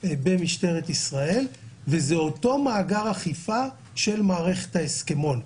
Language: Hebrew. במשטרת ישראל וזה אותו מאגר אכיפה של מערכת ההסכמון.